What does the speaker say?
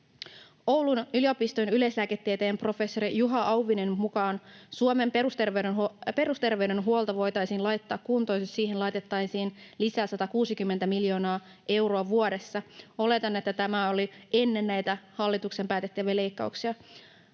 Oulun yliopiston yleislääketieteen professori Juha Auvisen mukaan Suomen perusterveydenhuolto voitaisiin laittaa kuntoon, jos siihen laitettaisiin lisää 160 miljoonaa euroa vuodessa. Oletan, että tämä oli ennen näitä hallituksen päättämiä leikkauksia.